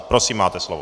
Prosím, máte slovo.